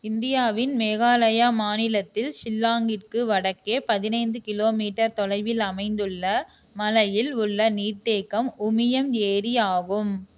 இந்தியாவின் மேகாலயா மாநிலத்தில் ஷில்லாங்கிற்கு வடக்கே பதினைந்து கிலோமீட்டர் தொலைவில் அமைந்துள்ள மலையில் உள்ள நீர்த்தேக்கம் உமியம் ஏரி ஆகும்